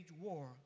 war